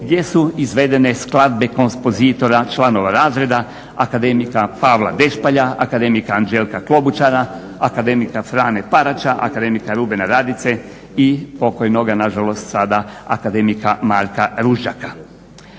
gdje su izvedene skladbe kompozitora članova razreda akademika Pavla Dešpalja, akademika Anđelka Klobučara, akademika Frane Paraća, akademika Rubena Radice i pokojnoga nažalost sada akademika Marka Ruždjaka.